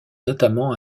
notamment